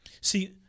See